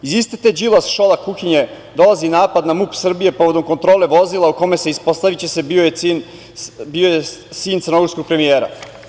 Iz iste te, Đilas – Šolak kuhinje dolazi napad na MUP Srbije povodom kontrole vozila u kojima je, ispostaviće se, bio sin crnogorskog premijera.